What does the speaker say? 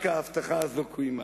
רק ההבטחה הזאת קוימה.